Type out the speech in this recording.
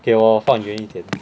okay 我放远一点